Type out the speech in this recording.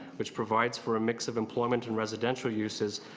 which provides for a mix of employment and residential uses,